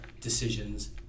decisions